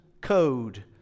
code